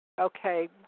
Okay